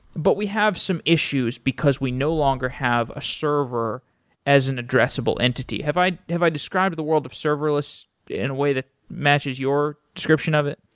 but we have some issues, because we no longer have a server as an addressable entity. have i have i described the world of serverless in a way that matches your description of it?